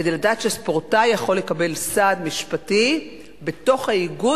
כדי לדעת שספורטאי יכול לקבל סעד משפטי בתוך האיגוד,